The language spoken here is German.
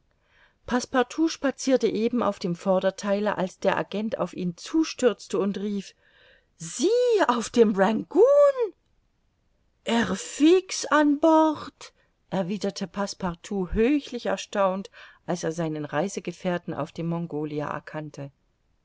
passepartout spazierte eben auf dem vordertheile als der agent auf ihn zustürzte und rief sie auf dem rangoon herr fix an bord erwiderte passepartout höchlich erstaunt als er seinen reisegefährten auf dem mongolia erkannte